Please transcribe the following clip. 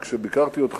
מאיר, כשביקרתי אותך